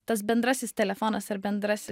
tas bendrasis telefonas ar bendrasis